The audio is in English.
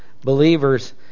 Believers